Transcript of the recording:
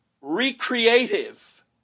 recreative